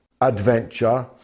adventure